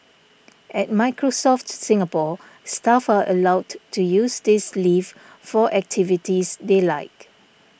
at Microsoft Singapore staff are allowed to use this leave for activities they like